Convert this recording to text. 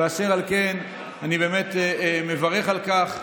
ואשר על כן אני באמת מברך על כך.